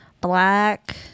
black